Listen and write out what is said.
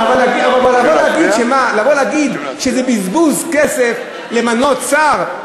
אבל לבוא ולהגיד שזה בזבוז כסף למנות שר?